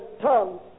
tongues